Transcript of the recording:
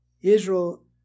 Israel